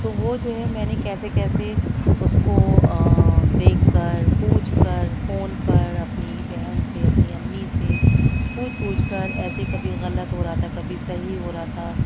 تو وہ جو ہے میں نے کیسے کیسے اس کو دیکھ کر پوچھ کر فون پر اپنی بہن سے اپنی امی سے پوچھ پوچھ کر ایسے کبھی غلط ہو رہا تھا کبھی صحیح ہو رہا تھا